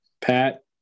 Pat